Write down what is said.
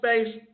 space